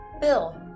Bill